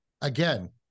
Again